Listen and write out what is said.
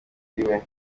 ndiwe